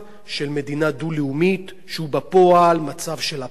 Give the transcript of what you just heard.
שהוא בפועל מצב של אפרטהייד וכיבוש מתמשך,